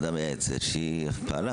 שפעלה,